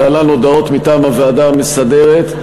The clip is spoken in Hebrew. להלן הודעות מטעם הוועדה המסדרת.